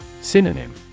Synonym